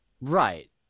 Right